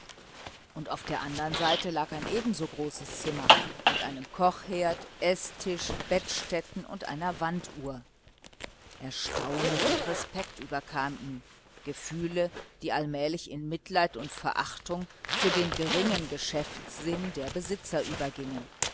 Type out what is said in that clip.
und auf der andern seite lag ein ebenso großes zimmer mit einem kochherd eßtisch bettstätten und einer wanduhr erstaunen und respekt überkam ihn gefühle die allmählich in mitleid und verachtung für den geringen geschäftssinn der besitzer übergingen